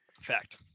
Fact